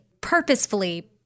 purposefully